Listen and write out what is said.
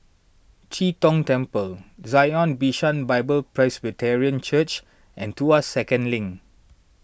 Chee Tong Temple Zion Bishan Bible Presbyterian Church and Tuas Second Link